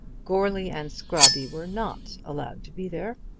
goarly and scrobby were not allowed to be there,